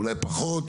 אולי פחות,